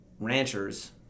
ranchers